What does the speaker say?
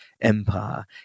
empire